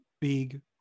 big